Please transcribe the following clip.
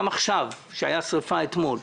אפילו כאלה שהייתה בהם שריפה אתמול.